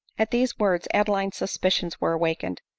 at these words adeline's suspicions were awakened.